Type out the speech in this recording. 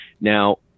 Now